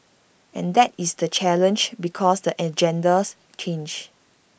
and that is the challenge because the agendas change